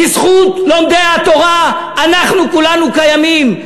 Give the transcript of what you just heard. בזכות לומדי התורה כולנו קיימים.